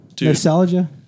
Nostalgia